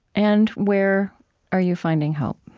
and where are you finding hope?